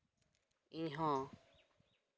ᱤᱧᱦᱚᱸ